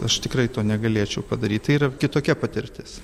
aš tikrai to negalėčiau padaryt tai yra kitokia patirtis